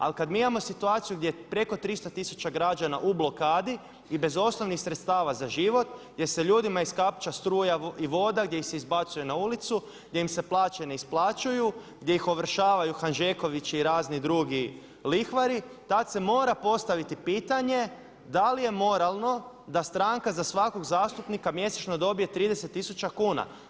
Ali kad mi imao situaciju gdje je preko 300 tisuća građana u blokadi i bez osnovnih sredstava za život, gdje se ljudima iskapča struja i voda, gdje ih izbacuje na ulicu, gdje im se plaće ne isplaćuju, gdje ih ovršavaju Hanžekovići i razni drugi lihvari tad se mora postaviti pitanje da li je moralno da stranka za svakog zastupnika mjesečno dobije 30 tisuća kuna.